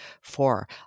four